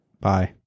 Bye